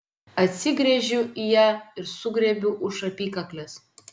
atsigręžiu į ją ir sugriebiu už apykaklės